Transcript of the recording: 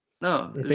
No